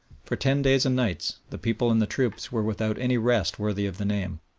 for ten days and nights the people and the troops were without any rest worthy of the name,